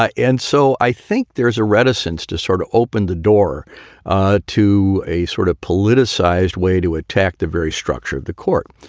ah and so i think there is a reticence to sort of open the door ah to a sort of politicized way to attack the very structure of the court.